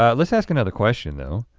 ah let's ask another question though.